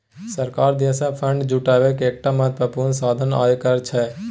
सरकार दिससँ फंड जुटेबाक एकटा महत्वपूर्ण साधन आयकर छै